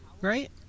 Right